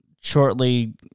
shortly